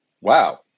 Wow